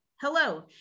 Hello